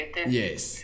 Yes